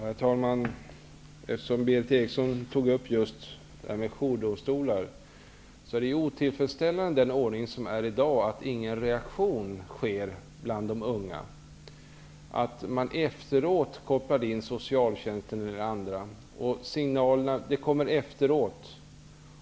Herr talman! Eftersom Berith Eriksson tog upp frågan om jourdomstolar vill jag säga att den ordning som i dag gäller är otillfredsställande. Det blir ingen reaktion bland de unga. Först efteråt kopplar man in socialtjänsten. Signalerna kommer efteråt.